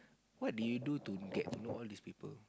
what do you do to get to know all of these people